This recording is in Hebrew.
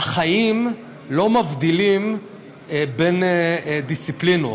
החיים לא מבדילים בין דיסציפלינות,